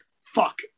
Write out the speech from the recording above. fuck